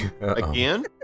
Again